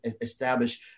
establish